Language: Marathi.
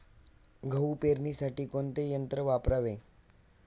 गहू पेरणीसाठी कोणते यंत्र वापरावे?